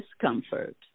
discomfort